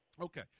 Okay